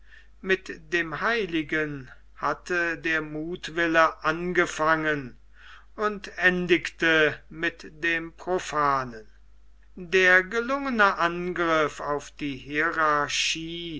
mit dem heiligen hatte der muthwille angefangen und endigte mit dem profanen der gelungene angriff auf die hierarchie